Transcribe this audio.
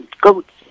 goats